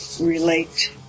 relate